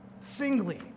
singly